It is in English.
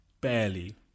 Barely